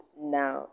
now